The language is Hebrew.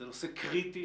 זה נושא קריטי,